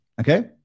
Okay